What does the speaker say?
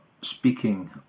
speaking